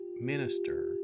minister